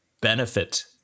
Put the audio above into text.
benefit